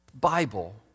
Bible